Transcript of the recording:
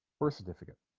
birth certificate